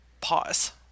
pause